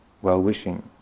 well-wishing